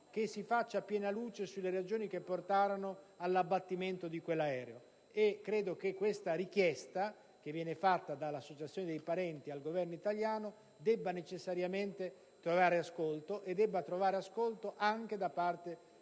che si faccia piena luce sulle ragioni che portarono all'abbattimento di quell'aereo e credo che questa richiesta, fatta dall'Associazione dei parenti delle vittime al Governo italiano, debba necessariamente trovare ascolto anche da parte